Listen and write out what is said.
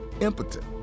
impotent